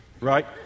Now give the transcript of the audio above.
right